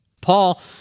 Paul